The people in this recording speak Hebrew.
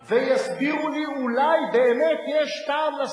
כי זה לא מהיישובים שלנו.